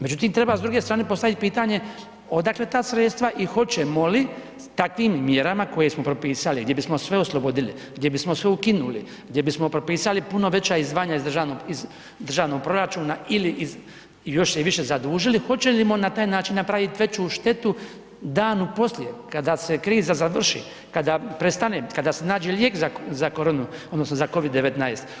Međutim, treba s druge strane postaviti pitanje odakle ta sredstva i hoćemo li takvim mjerama koje smo propisali, gdje bismo sve oslobodili, gdje bismo sve ukinuli, gdje bismo propisali puno veća izdvajanja iz državnog proračuna ili iz još se više zadužili, hoćemo na taj način napraviti veću štetu danu poslije, kada se kriza završi, kada prestane, kada se nađe lijek za koronu, odnosno za COVID-19?